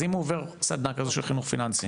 אז אם הוא עובר סדנה כזו של חינוך פיננסי,